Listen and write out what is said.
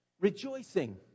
Rejoicing